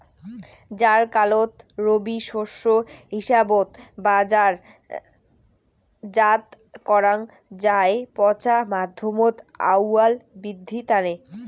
জ্বারকালত রবি শস্য হিসাবত বাজারজাত করাং যাই পচার মাধ্যমত আউয়াল বিদ্ধির তানে